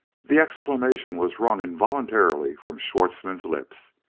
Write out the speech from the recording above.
the exclamation was wrung involuntarily from schwartzmann's lips.